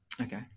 Okay